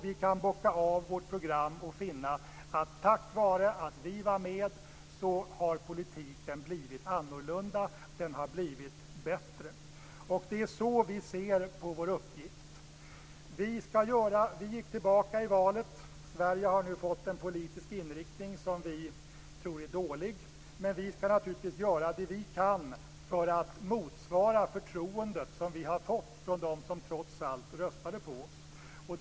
Vi kan bocka av vårt program och finna att tack vare att vi har varit med så har politiken blivit annorlunda. Den har blivit bättre. Det är så vi ser på vår uppgift. Vi gick tillbaka i valet. Sverige har nu fått en politisk inriktning som vi tror är dålig. Men vi skall naturligtvis göra det vi kan för att motsvara det förtroende som vi har fått från dem som trots allt röstade på oss.